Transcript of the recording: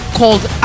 called